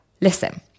Listen